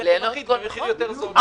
מלחם אחיד במחיר יותר זול.